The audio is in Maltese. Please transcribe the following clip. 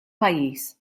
pajjiż